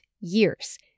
years